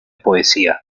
poesía